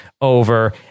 over